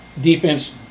defense